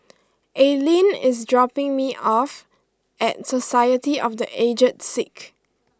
Aylin is dropping me off at Society of the Aged Sick